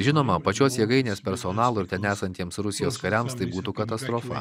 žinoma pačios jėgainės personalui ir ten esantiems rusijos kariams tai būtų katastrofa